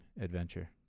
adventure